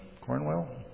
Cornwell